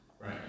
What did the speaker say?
Right